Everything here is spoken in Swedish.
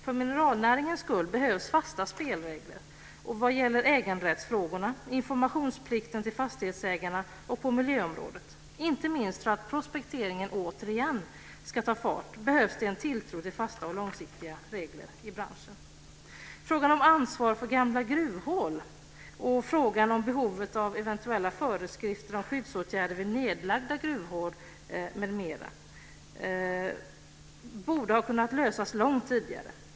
För mineralnäringens skull behövs det fasta spelregler rörande äganderättsfrågorna samt informationsplikten till fastighetsägarna och på miljöområdet. Inte minst för att prospekteringen återigen ska ta fart behövs det en tilltro till fasta och långsiktiga regler i branschen. Frågan om ansvar för gamla gruvhål och frågan om behovet av eventuella föreskrifter om skyddsåtgärder vid nedlagda gruvhål m.m. borde ha kunnat lösas långt tidigare.